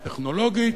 הטכנולוגית.